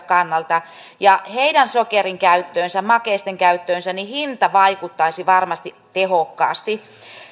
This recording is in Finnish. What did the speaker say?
kannalta heidän sokerin käyttöönsä makeisten käyttöönsä hinta vaikuttaisi varmasti tehokkaasti